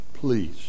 Please